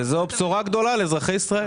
זו בשורה גדולה לאזרחי ישראל.